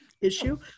issue